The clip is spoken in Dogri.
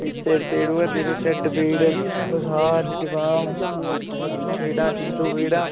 सिर पीड़ होआ दी ही ढिड्ड पीड़ बखार जकाम लत्तें पीड़ां जिंदू पीड़ां